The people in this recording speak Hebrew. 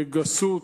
בגסות,